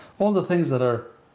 all the things that are,